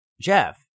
Jeff